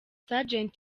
sgt